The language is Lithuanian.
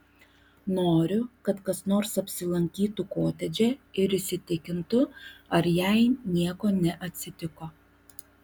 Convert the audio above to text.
noriu kad kas nors apsilankytų kotedže ir įsitikintų ar jai nieko neatsitiko